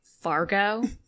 Fargo